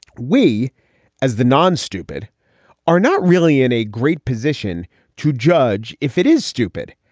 we as the non stupid are not really in a great position to judge if it is stupid.